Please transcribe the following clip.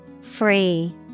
Free